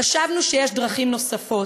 חשבנו שיש דרכים נוספות,